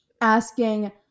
asking